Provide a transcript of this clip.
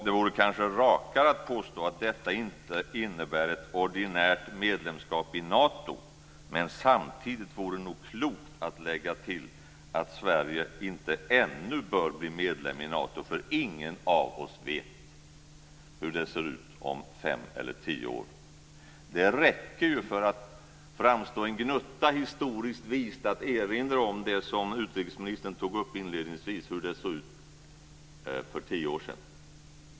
Det vore kanske rakare att påstå att detta inte innebär ett ordinärt medlemskap i Nato, men samtidigt vore det nog klokt att lägga till att Sverige ännu inte bör bli medlem i Nato, för ingen av oss vet hur det ser ut om fem eller tio år. Det räcker för att framstå en gnutta historiskt vis att erinra om det som utrikesministern tog upp inledningsvis om hur det såg ut för tio år sedan.